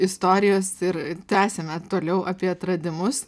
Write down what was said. istorijos ir tęsiame toliau apie atradimus